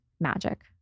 magic